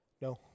No